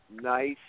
nice